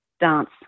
dance